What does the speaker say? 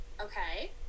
Okay